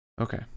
Okay